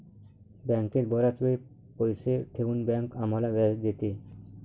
बँकेत बराच वेळ पैसे ठेवून बँक आम्हाला व्याज देते